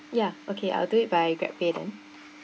ya okay I'll do it by GrabPay then